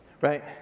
Right